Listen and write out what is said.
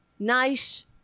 Nice